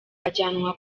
ajyanwa